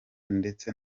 ndetse